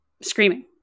screaming